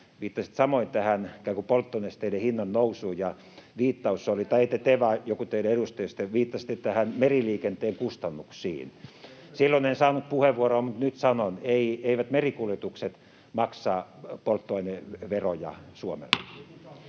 viittasi — samoin tähän ikään kuin polttonesteiden hinnan nousuun, ja viittaus oli [Oikealta: Entä päästökauppa?] meriliikenteen kustannuksiin. Silloin en saanut puheenvuoroa, mutta nyt sanon: eivät merikuljetukset maksa polttoaineveroja Suomelle.